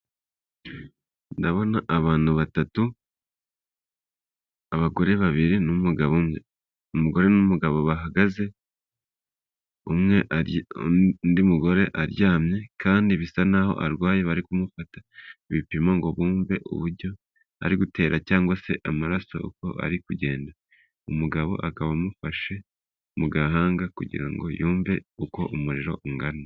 Ndabona abantu batatu: abagore babiri n'umugabo umwe, umugore n'umugabo bahagaze, umwe undi mugore aryamye kandi bisa n'aho arwaye bari kumufata ibipimo ngo bumve uburyo ari gutera cyangwa se amaraso uko ari kugenda umugabo akaba amufashe mu gahanga kugira ngo yumve uko umuriro ungana.